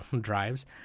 drives